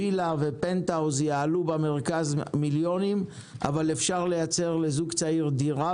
וילה ופנטהאוז יעלו במרכז מיליונים אפשר לייצר לזוג צעיר דירה